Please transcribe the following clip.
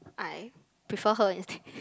I prefer her instead